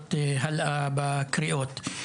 שבועות הלאה בקריאות.